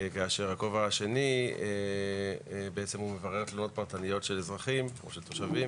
כאשר בכובע השני הוא מברר תלונות פרטניות של אזרחים או של תושבים